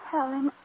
Helen